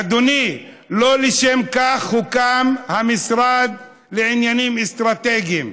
אדוני, לא לשם כך הוקם המשרד לעניינים אסטרטגיים.